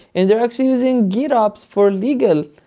and they're actually using gitops for legal.